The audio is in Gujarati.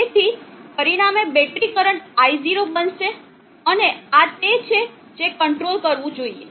તેથી પરિણામે બેટરી કરંટ i0 બનશે અને આ તે છે જે કંટ્રોલ કરવું જોઈએ